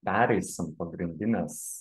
pereisim pogrindines